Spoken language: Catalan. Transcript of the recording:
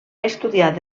estudiar